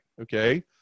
okay